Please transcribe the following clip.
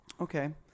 Okay